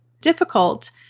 difficult